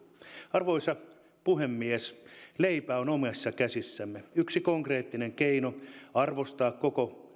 arvoisa puhemies leipä on omissa käsissämme yksi konkreettinen keino arvostaa koko